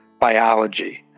biology